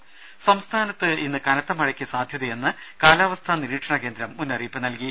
രുമ സംസ്ഥാനത്ത് ഇന്ന് കനത്തമഴയ്ക്ക് സാധ്യതയെന്ന് കാലാവസ്ഥാ നിരീക്ഷണ കേന്ദ്രം മുന്നറിയിപ്പ് നൽകി